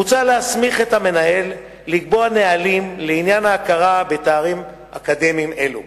מוצע להסמיך את המנהל לקבוע נהלים לעניין ההכרה בתארים אקדמיים אלה.